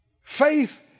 Faith